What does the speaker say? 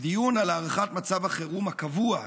בדיון על הארכת מצב החירום הקבוע,